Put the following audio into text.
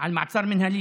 ובכן, אדוני ראש הממשלה,